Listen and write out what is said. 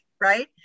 right